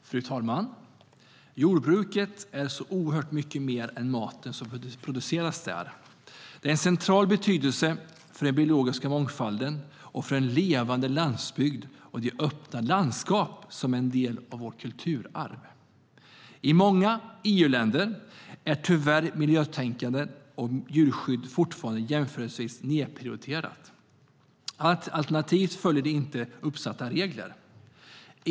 Fru talman! Jordbruket är så oerhört mycket mer än maten som produceras där. Det har en central betydelse för den biologiska mångfalden och för den levande landsbygd och de öppna landskap som är en del av vårt kulturarv.I många EU-länder är tyvärr miljötänkande och djurskydd fortfarande jämförelsevis nedprioriterat. Alternativt följer man inte uppsatta regler.